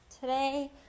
Today